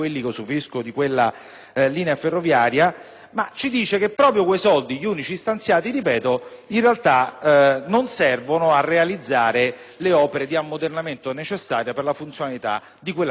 linea ferroviaria). Ci ha comunicato che proprio quei soldi, come ho detto gli unici stanziati, in realtà non servono a realizzare le opere di ammodernamento necessarie per la funzionalità di quella linea ferroviaria.